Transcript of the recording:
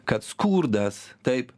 kad skurdas taip